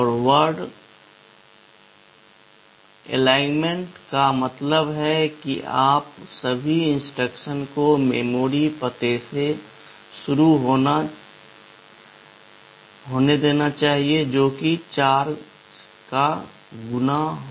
word गठबंधन का मतलब है कि सभी इंस्ट्रक्शन को मेमोरी पते से शुरू होना चाहिए जो कि 4 का गुना होगा